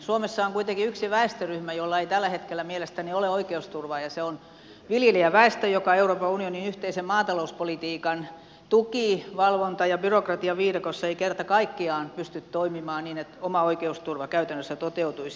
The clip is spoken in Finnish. suomessa on kuitenkin yksi väestöryhmä jolla ei tällä hetkellä mielestäni ole oikeusturvaa ja se on viljelijäväestö joka euroopan unionin yhteisen maatalouspolitiikan tuki valvonta ja byrokratiaviidakossa ei kerta kaikkiaan pysty toimimaan niin että oma oikeusturva käytännössä toteutuisi